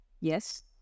Yes